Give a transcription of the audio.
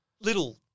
little